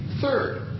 Third